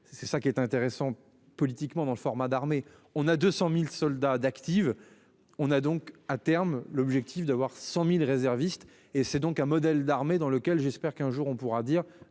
c'est ça qui est intéressant politiquement dans le format d'armée on à 200.000 soldats d'active. On a donc à terme, l'objectif d'avoir 100.000 réservistes et c'est donc un modèle d'armée dans lequel j'espère qu'un jour on pourra dire,